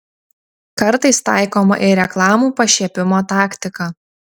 kartais taikoma ir reklamų pašiepimo taktika